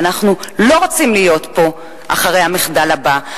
ואנחנו לא רוצים להיות פה אחרי המחדל הבא.